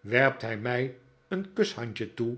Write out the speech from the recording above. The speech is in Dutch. werpt hij mij een kushandje toe